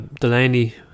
Delaney